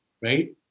right